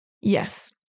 Yes